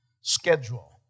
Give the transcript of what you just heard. schedule